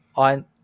On